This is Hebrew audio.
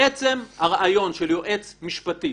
בעצם הרעיון של יועץ משפטי